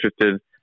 interested